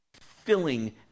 filling